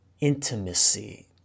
intimacy